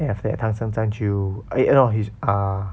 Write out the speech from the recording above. then after that 唐三藏就 eh no he's ah